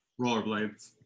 Rollerblades